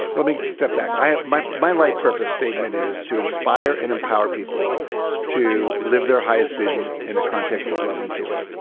let me step back. my my life purpose statement is to inspire and empower people to live their highest vision in a context of love and joy.